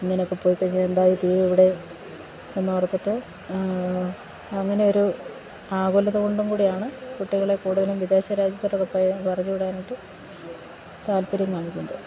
ഇങ്ങനെയൊക്കെ പോയി കഴിഞ്ഞാല് എന്തായിതീരും ഇവിടെ എന്നോർത്തിട്ട് അങ്ങനെയൊരു ആകുലത കൊണ്ടുംകുടിയാണ് കുട്ടികളെ കൂടുതലും വിദേശ രാജ്യത്തേക്ക് പറഞ്ഞുവിടാനായിട്ട് താല്പര്യം കാണിക്കുന്നത്